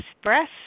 express